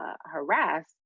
harassed